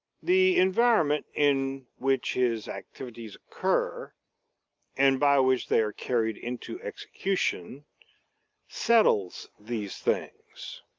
the environment in which his activities occur and by which they are carried into execution settles these things.